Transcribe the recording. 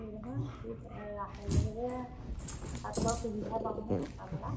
হেৰি নহয় কি ৰাসলৈ গ'লে তাতো বাৰু সুবিধা পামনে থাকা মেলা